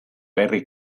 herri